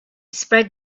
spread